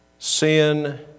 Sin